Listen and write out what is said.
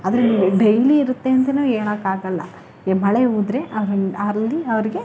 ಅದರಿಂದೆ daily ಇರುತ್ತೆ ಅಂತಲೂ ಹೇಳೋಕ್ಕಾಗೋಲ್ಲ ಈಗ ಮಳೆ ಬಿದ್ದರೆ ಅವ್ರಿಗೆ